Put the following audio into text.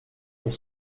pour